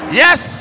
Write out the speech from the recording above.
yes